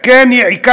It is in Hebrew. מה אתה רוצה ממני?